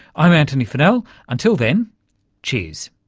i'm antony funnell until then cheers!